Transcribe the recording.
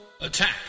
Attack